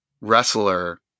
wrestler